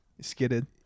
skidded